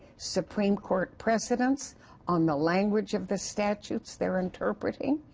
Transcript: supreme court precedence on the language of the statutes they're interpreting.